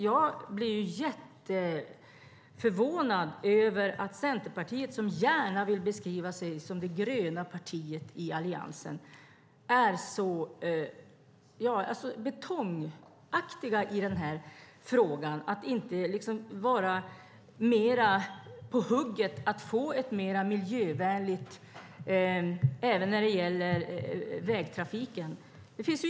Jag blir jätteförvånad över att Centerpartiet som gärna vill beskriva sig som det gröna partiet i Alliansen är så betongaktigt i den här frågan och inte är mer på hugget för att få en mer miljövänlig situation även när det gäller vägtrafiken.